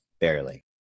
barely